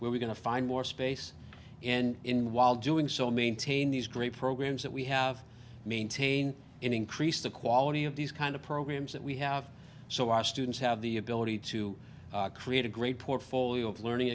where we're going to find more space and in while doing so maintain these great programs that we have to maintain and increase the quality of these kind of programs that we have so our students have the ability to create a great portfolio of learning